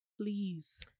please